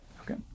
Okay